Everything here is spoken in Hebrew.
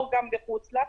או גם מחוץ לה,